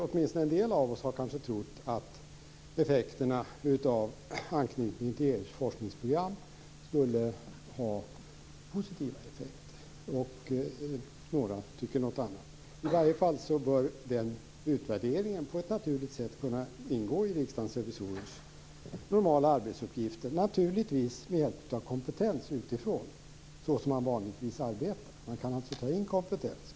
Åtminstone en del av oss har kanske trott att effekterna av anknytningen till EU:s forskningsprogram skulle ha positiva effekter, och några tycker något annat. Den utvärderingen bör på ett naturligt sätt kunna ingå i Riksdagens revisorers normala arbetsuppgifter. De skall naturligtvis ta hjälp av kompetens utifrån så som man vanligtvis arbetar. Man kan alltså ta in kompetens.